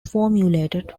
formulated